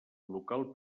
local